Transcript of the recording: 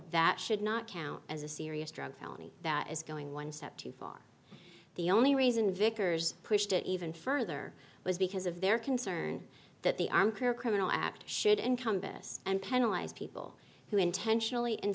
that should not count as a serious drug felony that is going one step too far the only reason vickers pushed it even further was because of their concern that the arm career criminal act should encompass and penalize people who intentionally in